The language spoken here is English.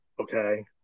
Okay